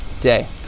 day